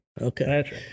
Okay